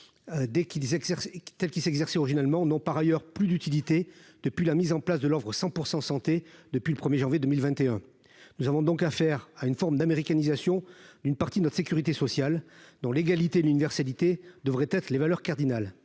tel qui s'exercer au finalement non par ailleurs plus d'utilité depuis la mise en place de l'Ordre 100 % santé depuis le 1er janvier 2021, nous avons donc affaire à une forme d'américanisation, une partie de notre sécurité sociale, dont l'égalité l'universalité devraient être les valeurs cardinales,